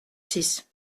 six